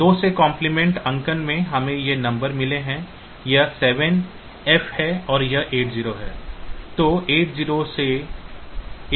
2 के कॉम्प्लीमेंट अंकन में हमें ये नंबर मिले हैं यह 7F है और यह 80 है